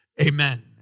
amen